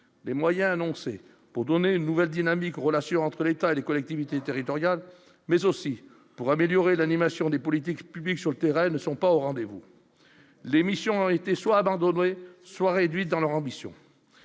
les moyens annoncés pour donner une nouvelle dynamique aux relations entre l'État et les collectivités territoriales, mais aussi pour améliorer l'animation des politiques publiques sur le terrain ne sont pas au rendez-vous, l'émission a été soit abandonné soit réduite dans leur ambition.